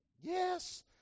Yes